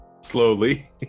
Slowly